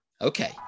Okay